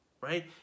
right